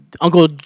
Uncle